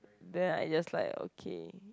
then I just like okay